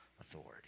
authority